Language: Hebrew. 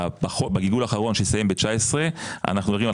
בגלגול האחרון שהסתיים ב-2019 אנחנו יודעים על